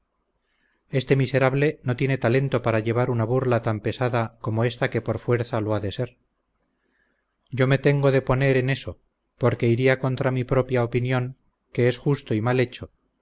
este miserable no tiene talento para llevar una burla tan pesada como esta que por fuerza lo ha de ser yo me tengo de oponer en eso porque iría contra mi propia opinión que es justo y mal hecho